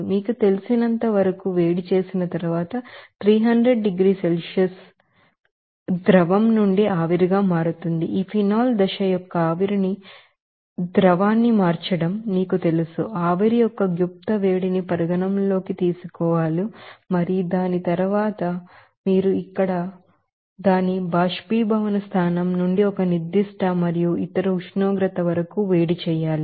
మీకు తెలిసినంత వరకు వేడి చేసిన తరువాత 300 డిగ్రీల సెల్సియస్ మీకు తెలిసిన లిక్విడ్ నుండి వాపోర్ గా మారుతుంది ఈ ఫినాల్ దశ యొక్క ఆవిరికి ద్రవాన్ని మార్చడం మీకు తెలుసు వాపోర్ సెన్సిబిల్ హీట్ ని పరిగణనలోకి తీసుకోవాలి మరియు దాని తరువాత మీరు ఇక్కడ వంటి దాని బొయిలింగ్ పాయింట్ నుండి ఒక నిర్దిష్ట మరియు ఇతర ఉష్ణోగ్రత వరకు వేడి చేయాలి